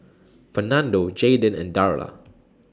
Fernando Jaeden and Darla